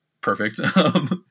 perfect